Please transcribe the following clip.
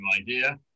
idea